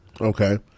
Okay